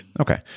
Okay